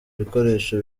ibikoresho